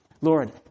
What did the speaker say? Lord